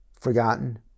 forgotten